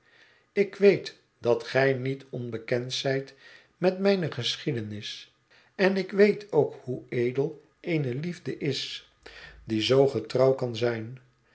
ik weet dat gij niet onbekend zijt met mijne geschiedenis en ik weet ook hoe edel eene liefde is die zoo getrouw kan zijn